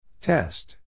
Test